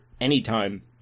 anytime